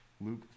Luke